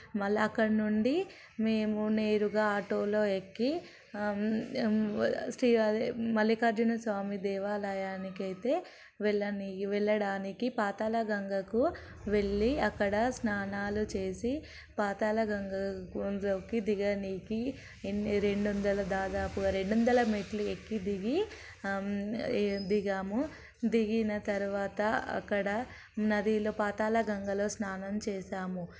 మళ్ళీ అక్కడ నుండి మేము నేరుగా ఆటోలో ఎక్కి అదే మల్లికార్జున స్వామి దేవాలయానికి అయితే వెళ్ళని వెళ్ళడానికి పాతాళ గంగకు వెళ్ళి అక్కడ స్నానాలు చేసి పాతాళగంగ దిగడానికి ఎన్ని రెండు వందల దాదాపు రెండు వందల మెట్లు ఎక్కి దిగి దిగాము దిగిన తర్వాత అక్కడ నదిలో పాతాళ గంగలో స్నానం చేసాము